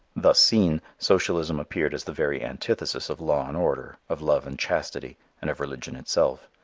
thus seen, socialism appeared as the very antithesis of law and order, of love and chastity, and of religion itself.